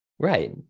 Right